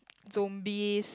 zombies